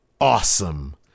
Awesome